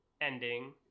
ending